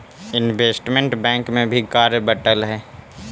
investment bank में भी कार्य बंटल हई